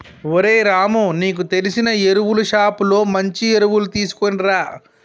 ఓరై రాము నీకు తెలిసిన ఎరువులు షోప్ లో మంచి ఎరువులు తీసుకునిరా